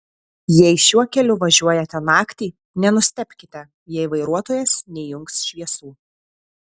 jei šiuo keliu važiuojate naktį nenustebkite jei vairuotojas neįjungs šviesų